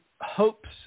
hopes